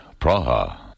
Praha